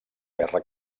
guerra